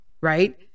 right